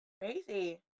crazy